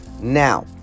Now